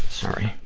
sorry.